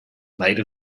made